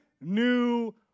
new